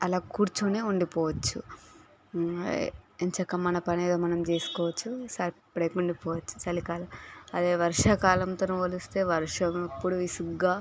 అలా కూర్చోని ఉండిపోవచ్చు ఎంచక్కా మన పని ఏదో మనం చేసుకోవచ్చు వాకింగ్ పోవచ్చు చలికాలం అదే వర్షాకాలంతో పోలిస్తే వర్షం ఎప్పుడు విసుగుగా